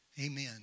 Amen